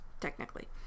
technically